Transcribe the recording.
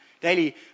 daily